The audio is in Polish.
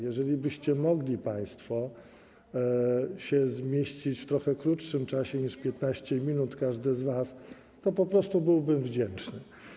Jeżeli moglibyście państwo się zmieścić w trochę krótszym czasie niż 15 minut, każde z was, to po prostu byłbym wdzięczny.